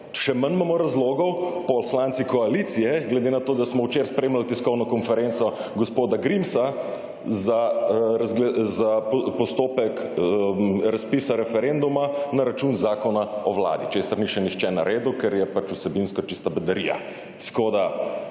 Še manj imamo razlogov poslanci koalicije, glede na to, da smo včeraj spremljali tiskovno konferenco gospoda Grimsa za postopek razpisa referenduma na račun zakona o Vladi, česar ni še nihče naredil, ker je pač vsebinsko čista bedarija.